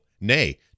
nay